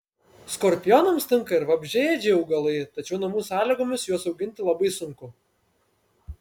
skorpionams tinka ir vabzdžiaėdžiai augalai tačiau namų sąlygomis juos auginti labai sunku